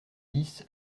dix